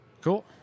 Cool